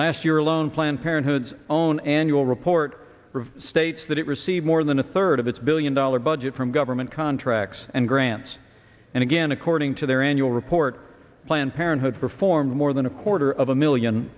last year alone planned parenthood's own annual report states that it received more than a third of its billion dollar budget from government contracts and grants and again according to their annual report planned parenthood performs more than a quarter of a million